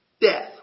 Death